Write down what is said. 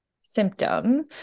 symptom